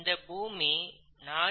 இந்த பூமி 4